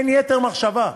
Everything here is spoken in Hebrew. אין יתר מחשבה.